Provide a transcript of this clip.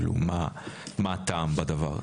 מה הטעם בדבר?